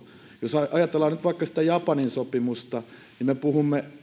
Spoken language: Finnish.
jos ajatellaan nyt vaikka sitä japanin sopimusta niin me puhumme